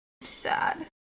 Sad